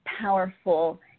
powerful